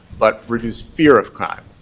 but reduce fear of crime,